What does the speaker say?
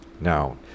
now